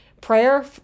prayer